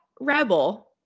rebel